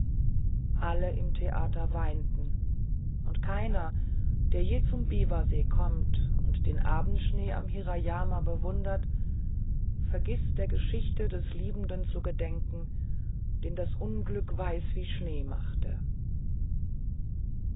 alle im theater weinten und keiner der je zum biwasee kommt und den abendschnee am hirayama bewundert vergißt der geschichte des liebenden zu gedenken den das unglück weiß wie schnee machte